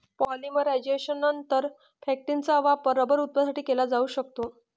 पॉलिमरायझेशननंतर, फॅक्टिसचा वापर रबर उत्पादनासाठी केला जाऊ शकतो